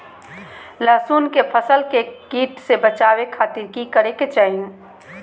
लहसुन के फसल के कीट से बचावे खातिर की करे के चाही?